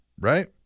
right